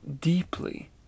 deeply